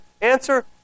Answer